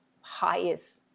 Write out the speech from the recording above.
highest